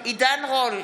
עידן רול,